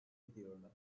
ediyorlar